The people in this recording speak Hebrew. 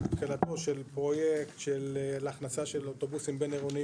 בתחילתו של פרויקט להכנסה של אוטובוסים בינעירוניים.